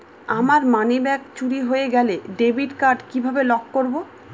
আমার মানিব্যাগ চুরি হয়ে গেলে ডেবিট কার্ড কিভাবে লক করব?